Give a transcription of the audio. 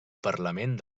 parlament